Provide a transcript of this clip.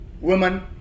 Women